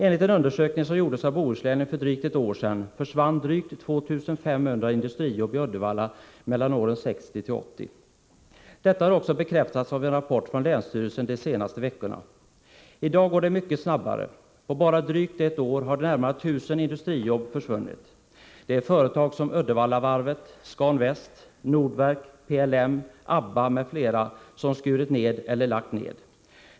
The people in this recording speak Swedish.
Enligt en undersökning som gjordes av Bohusläningen för litet mer än ett år sedan försvann drygt 2 500 industrijobb i Uddevalla mellan åren 1960 och 1980. Detta har också bekräftats av en rapport från länsstyrelsen de senaste veckorna. I dag går det mycket snabbare. På bara drygt ett år har närmare 1 000 industrijobb försvunnit. Det är företag som Uddevallavarvet, Scan Väst, Nordverk, PLM, Abba m.fl., som skurit ned eller lagt ned verksamheten.